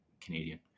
Canadian